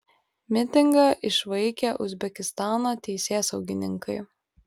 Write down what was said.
mitingą išvaikė uzbekistano teisėsaugininkai